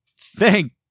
thank